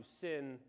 sin